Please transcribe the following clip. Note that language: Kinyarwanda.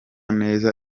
neza